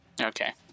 Okay